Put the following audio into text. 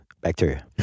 Bacteria